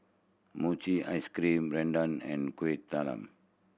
mochi ice cream rendang and Kueh Talam